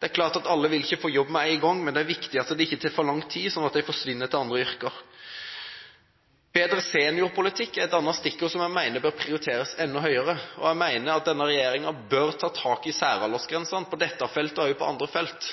Det er klart at alle vil ikke få jobb med en gang, men det er viktig at det ikke tar for lang tid, slik at de forsvinner til andre yrker. Bedre seniorpolitikk er et annet stikkord som jeg mener bør prioriteres enda høyere. Jeg mener at regjeringen bør ta tak i særaldersgrensen på dette feltet og på andre felt.